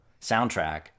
soundtrack